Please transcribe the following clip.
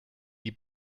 die